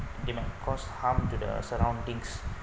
they might cause harm to the surroundings